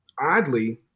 oddly